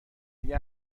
دیگه